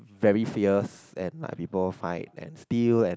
very fierce and like people fight and steal and